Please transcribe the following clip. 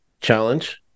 challenge